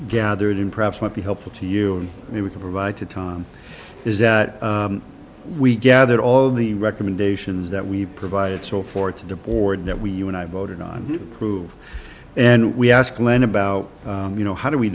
gathered in perhaps might be helpful to you and we can provide to time is that we gathered all of the recommendations that we've provided so for to the board that we you and i voted on prove and we ask glenn about you know how do we